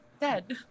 Dead